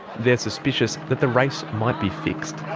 they are suspicious that the race might be fixed.